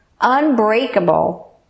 unbreakable